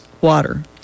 water